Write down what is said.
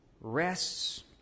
rests